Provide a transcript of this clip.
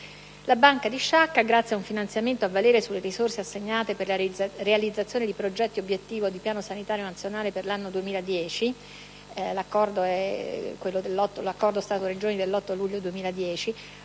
La Banca di Sciacca, grazie a un finanziamento a valere sulle risorse assegnate per la realizzazione di progetti obiettivo di Piano sanitario nazionale per l'anno 2010 (accordo Stato-Regioni dell'8 luglio 2010),